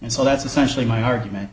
and so that's essentially my argument